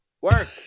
Work